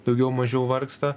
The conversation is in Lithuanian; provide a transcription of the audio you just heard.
daugiau mažiau vargsta